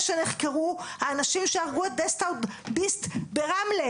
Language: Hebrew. שנחקרו האנשים שהרגו את דסטאו ביסט ברמלה,